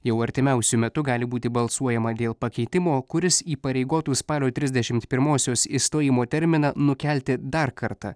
jau artimiausiu metu gali būti balsuojama dėl pakeitimo kuris įpareigotų spalio trisdešimt pirmosios išstojimo terminą nukelti dar kartą